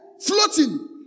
Floating